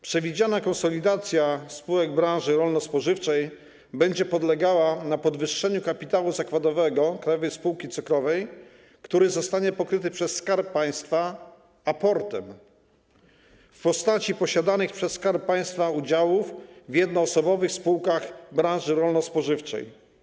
Przewidziana konsolidacja spółek branży rolno-spożywczej będzie polegała na podwyższeniu kapitału zakładowego Krajowej Spółki Cukrowej, który zostanie pokryty przez Skarb Państwa aportem w postaci posiadanych przez Skarb Państwa udziałów w jednoosobowych spółkach branży rolno-spożywczej.